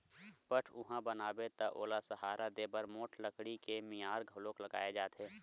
पठउहाँ बनाबे त ओला सहारा देय बर मोठ लकड़ी के मियार घलोक लगाए जाथे